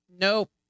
Nope